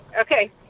Okay